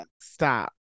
Stop